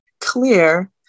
clear